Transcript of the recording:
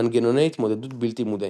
מנגנוני התמודדות בלתי מודעים.